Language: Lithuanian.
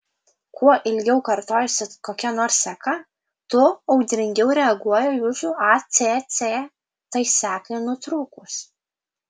kuo ilgiau kartojasi kokia nors seka tuo audringiau reaguoja jūsų acc tai sekai nutrūkus